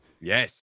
Yes